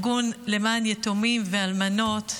ארגון למען יתומים ואלמנות,